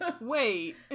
Wait